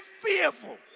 fearful